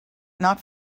not